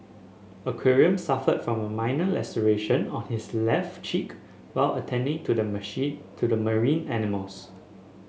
aquarium suffered from a minor laceration on his left cheek while attending to the machine to the marine animals